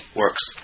works